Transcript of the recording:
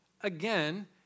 again